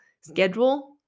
schedule